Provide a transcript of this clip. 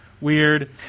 weird